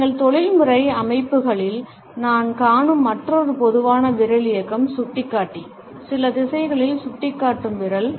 எங்கள் தொழில்முறை அமைப்புகளில் நாம் காணும் மற்றொரு பொதுவான விரல் இயக்கம் சுட்டிக்காட்டி சில திசைகளில் சுட்டிக்காட்டும் விரல்